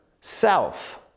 self